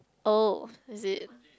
oh is it